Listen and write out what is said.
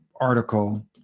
article